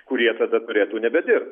kurie tada turėtų nebedirbt